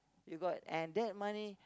you got and that money